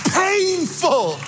painful